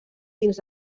dins